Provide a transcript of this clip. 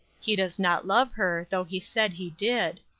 he does not love her, though he said he did.